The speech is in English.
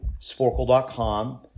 Sporkle.com